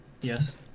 yes